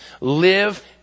Live